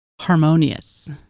harmonious